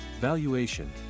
Valuation